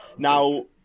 Now